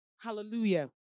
Hallelujah